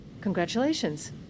congratulations